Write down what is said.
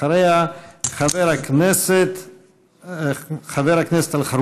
אחריה, חבר הכנסת אלחרומי.